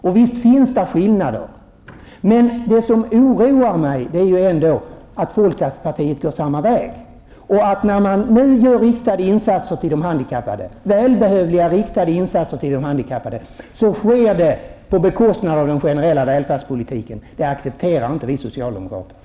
Och visst finns det skillnader mellan dem. Men det som oroar mig är att folkpartiet går samma väg. När det nu görs välbehövliga och riktade insatser för de handikappade sker det på bekostnad av den generella välfärdspolitiken. Det accepterar inte vi socialdemokrater.